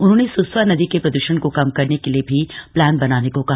उन्होंने सुस्वा नदी के प्रदृषण को कम करने के लिए भी प्लान बनाने को कहा